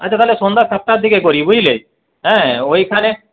আচ্ছা তাহলে সন্ধ্যা সাতটার দিকে করি বুঝলে হ্যাঁ ওইখানে